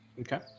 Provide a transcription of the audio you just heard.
Okay